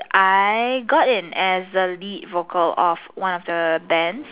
I got in as the lead vocal for one of the band